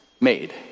made